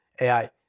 AI